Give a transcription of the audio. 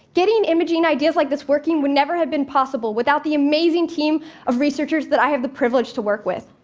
getting imaging ideas like this working would never have been possible without the amazing team of researchers that i have the privilege to work with.